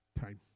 time